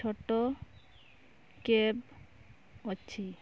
ଛୋଟ କେବ୍ ଅଛି